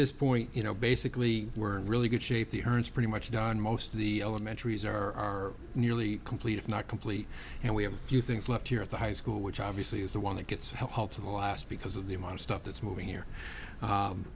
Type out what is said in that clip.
this point you know basically we're really good shape the urns pretty much done most of the elementary is are nearly complete if not complete and we have a few things left here at the high school which obviously is the one that gets help to the last because of the amount of stuff that's moving here